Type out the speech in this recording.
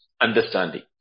understanding